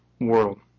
world